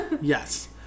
Yes